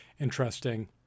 Interesting